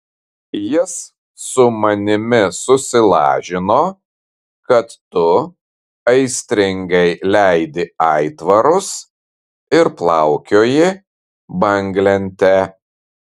jis su manimi susilažino kad tu aistringai leidi aitvarus ir plaukioji banglente